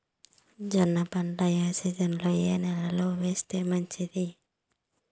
జొన్న పంట ఏ సీజన్లో, ఏ నెల లో వేస్తే మంచిది?